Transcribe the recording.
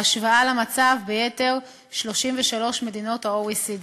בהשוואה למצב ביתר 33 מדינות ה-OECD.